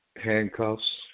handcuffs